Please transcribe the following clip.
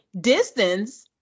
distance